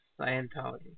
Scientology